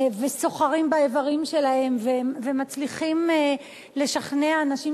סוחרים באיברים שלהם ומצליחים לשכנע אנשים